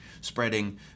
spreading